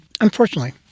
unfortunately